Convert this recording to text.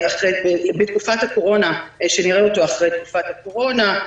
בתקופת הקורונה שתוצאותיו ייראו אחרי תקופת הקורונה,